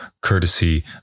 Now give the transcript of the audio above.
courtesy